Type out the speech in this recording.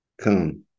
come